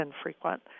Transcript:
infrequent